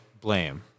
blame